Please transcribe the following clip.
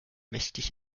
mächtig